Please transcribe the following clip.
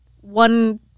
one